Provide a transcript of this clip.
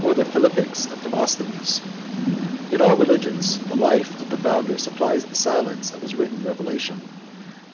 or the philippics of demosthenes? in all religions, the life of the founder supplies the silence of his written revelation